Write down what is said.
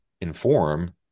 inform